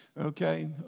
Okay